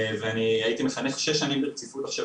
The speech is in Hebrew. אני הייתי מחנך שש שנים ברציפות עכשיו,